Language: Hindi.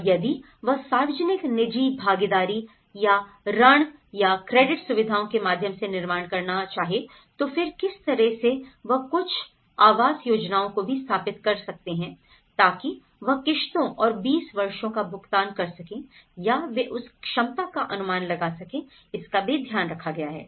और यदि यह सार्वजनिक निजी भागीदारी या ऋण या क्रेडिट सुविधाओं के माध्यम से निर्माण करना चाहे तो फिर किस तरह से वह कुछ आवास योजनाओं को भी स्थापित कर सकते हैं ताकि वह किश्तों और 20 वर्षों का भुगतान कर सकें या वे उस क्षमता का अनुमान लगा सके इसका भी ध्यान रखा गया है